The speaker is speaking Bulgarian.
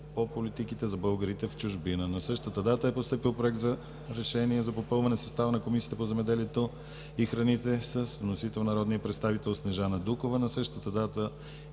по политиките за българите в чужбина. На същата дата е постъпил Проект за решение за попълване състава на Комисията по земеделието и храните с вносител народният представител Снежана Дукова.